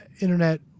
internet